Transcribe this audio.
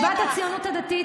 כבת הציונות הדתית,